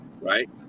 right